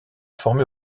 former